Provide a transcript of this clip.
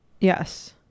yes